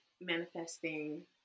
manifesting